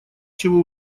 чего